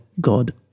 God